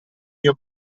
mio